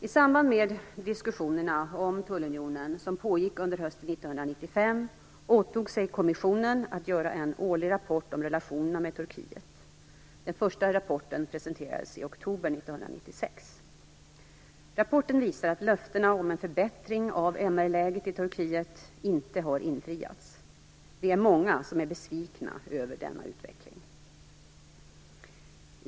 I samband med diskussionerna om tullunionen som pågick under hösten 1995 åtog sig kommissionen att göra en årlig rapport om relationerna med Turkiet. Den första rapporten presenterades i oktober 1996. Rapporten visar att löftena om en förbättring av MR-läget i Turkiet inte har infriats. Vi är många som är besvikna över denna utveckling.